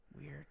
weird